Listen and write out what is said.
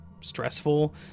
stressful